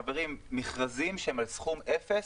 חברים, מכרזים שהם על סכום אפס,